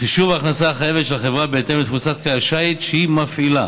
חישוב ההכנסה החייבת של החברה בהתאם לתפוסת כלי השיט שהיא מפעילה.